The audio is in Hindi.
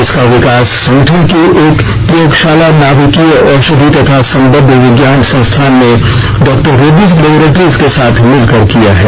इसका विकास संगठन की एक प्रयोगशाला नाभिकीय औषधि तथा संबद्ध विज्ञान संस्थान ने डॉ रेड्डीज लेबोरेट्रीज को साथ मिलकर किया है